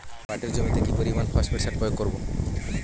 পাটের জমিতে কি পরিমান ফসফেট সার প্রয়োগ করব?